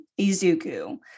Izuku